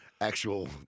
actual